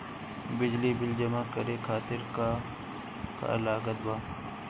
बिजली बिल जमा करे खातिर का का लागत बा?